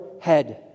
head